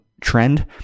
trend